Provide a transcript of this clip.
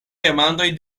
demandoj